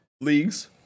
leagues